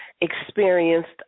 experienced